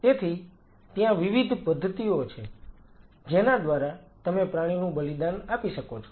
તેથી ત્યાં વિવિધ પદ્ધતિઓ છે જેના દ્વારા તમે પ્રાણીનું બલિદાન આપી શકો છો